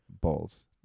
balls